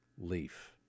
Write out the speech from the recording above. leaf